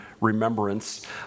Remembrance